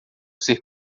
ser